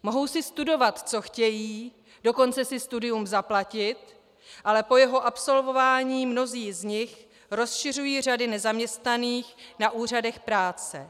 Mohou si studovat, co chtějí, dokonce si studium zaplatit, ale po jeho absolvování mnozí z nich rozšiřují řady nezaměstnaných na úřadech práce.